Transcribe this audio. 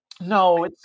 No